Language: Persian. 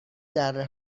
دره